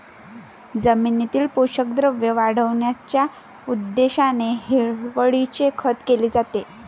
जमिनीतील पोषक द्रव्ये वाढविण्याच्या उद्देशाने हिरवळीचे खत केले जाते